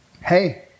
Hey